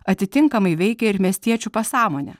atitinkamai veikia ir miestiečių pasąmonę